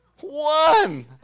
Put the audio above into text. One